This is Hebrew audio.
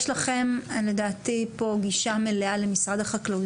יש לכם פה לדעתי גישה מלאה למשרד החקלאות,